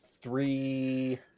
three